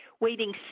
waiting